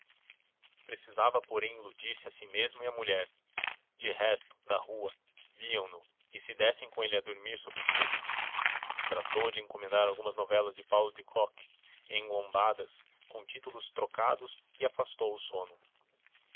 precisava porém iludir-se a si mesmo e à mulher de resto da rua viam-no e se dessem com ele a dormir sobre os livros tratou de encomendar algumas novelas de paulo de kock em lombadas com títulos trocados e afastou o sono